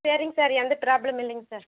சரிங்க சார் எந்த ப்ராப்ளம் இல்லைங்க சார்